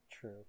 true